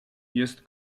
jest